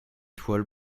toile